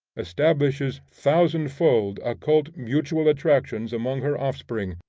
establishes thousandfold occult mutual attractions among her offspring,